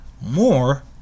more